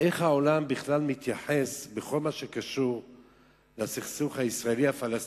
איך העולם בכלל מתייחס לכל מה שקשור לסכסוך הישראלי-הפלסטיני